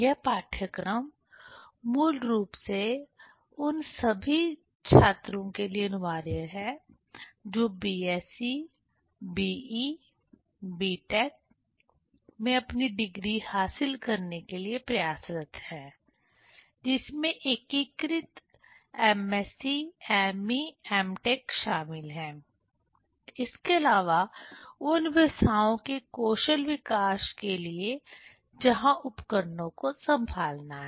यह पाठ्यक्रम मूल रूप से उन सभी छात्रों के लिए अनिवार्य है जो BSc BSc be BE BTech BTech में अपनी डिग्री हासिल करने के लिए प्रयासरत हैं जिसमें एकीकृत MSc MSc ME ME MTech MTech शामिल हैं इसके अलावा उन व्यवसायों के कौशल विकास के लिए जहां उपकरणों को संभालना है